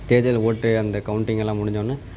தேர்தல் ஓட்டு அந்த கவுண்ட்டிங் எல்லாம் முடிஞ்சவொடனே